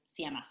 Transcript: CMS